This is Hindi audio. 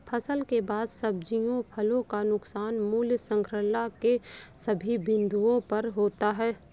फसल के बाद सब्जियों फलों का नुकसान मूल्य श्रृंखला के सभी बिंदुओं पर होता है